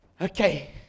okay